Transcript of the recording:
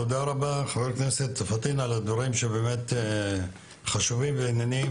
תודה רבה על הדברים החשובים והענייניים.